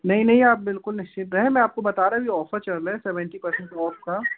नहीं नहीं आप बिलकुल निश्चिंत रहें मैं आपको बता रहा यह ऑफर चल रहा है सेवेंटी परसेंट ऑफ का